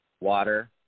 water